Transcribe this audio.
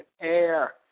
air